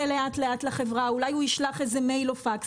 לאט לאט לחברה ואולי הוא ישלח איזה מייל או פקס.